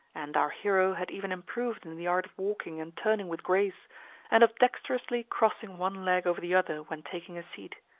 and our hero had even improved in the art of walking and turning with grace and of dexterously crossing one leg over the other when taking a seat.